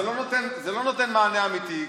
זה לא נותן מענה אמיתי,